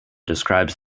describes